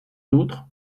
outre